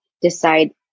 decide